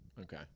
Okay